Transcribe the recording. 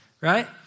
Right